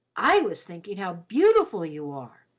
i was thinking how beautiful you are,